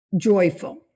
Joyful